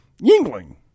Yingling